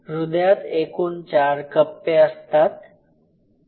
हृदयात एकूण चार कप्पे असतात